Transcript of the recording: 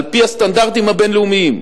על-פי הסטנדרטים הבין-לאומיים,